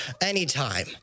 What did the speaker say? anytime